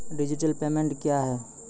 Digital payment क्या हैं?